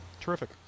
Terrific